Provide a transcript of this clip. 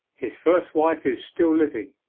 his first wife is still living!